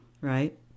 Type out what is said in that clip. right